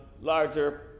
larger